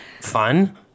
fun